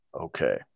Okay